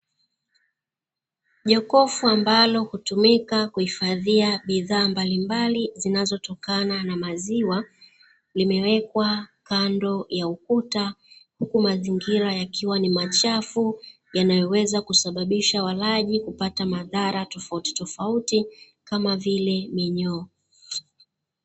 Jokofu ambalo hutumika kuhifadhia bidhaa mbalimbali zinatokana na maziwa, limewekwa kando ya ukuta huku mazingira yakiwa ni machafu yanayoweza kusababisha walaji kupata madhara tofautitofauti kama vile minyoo.